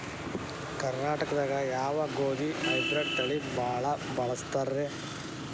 ಕರ್ನಾಟಕದಾಗ ಯಾವ ಗೋಧಿ ಹೈಬ್ರಿಡ್ ತಳಿ ಭಾಳ ಬಳಸ್ತಾರ ರೇ?